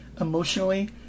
emotionally